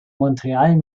montreal